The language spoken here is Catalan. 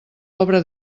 obra